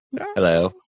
Hello